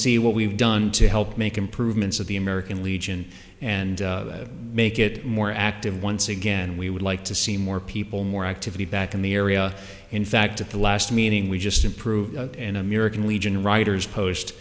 see what we've done to help make improvements of the american legion and make it more active once again we would like to see more people more activity back in the area in fact at the last meeting we just improved in a miracle legion writers post